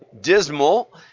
Dismal